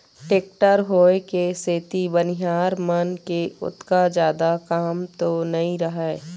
tractor होय के सेती बनिहार मन के ओतका जादा काम तो नइ रहय